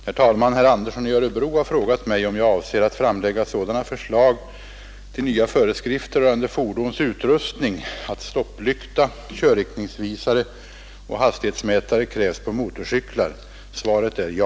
Herr talman! Herr Andersson i Örebro har frågat mig om jag avser att framlägga sådana förslag till nya föreskrifter rörande fordons utrustning att stopplykta, körriktningsvisare och hastighetsmätare krävs på motorcyklar. Svaret är ja.